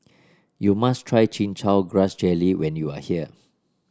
you must try Chin Chow Grass Jelly when you are here